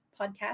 podcast